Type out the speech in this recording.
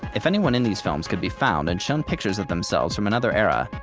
if anyone in these films could be found and shown pictures of themselves. from another era.